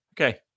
Okay